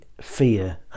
fear